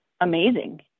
amazing